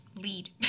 lead